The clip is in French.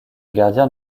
gardien